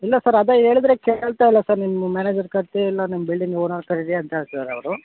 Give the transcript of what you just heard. ಇಲ್ಲ ಸರ್ ಅದೆ ಹೇಳಿದ್ರೆ ಕೇಳ್ತಾಯಿಲ್ಲ ಸರ್ ನಿಮ್ಮ ಮ್ಯಾನೇಜರ್ ಕರಿಸಿ ಇಲ್ಲ ನಿಮ್ಮ ಬಿಲ್ಡಿಂಗ್ ಓನರ್ ಕರಿರಿ ಅಂತ ಹೇಳ್ತಿದಾರೆ ಅವರು